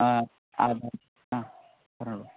ആ പറഞ്ഞോളൂ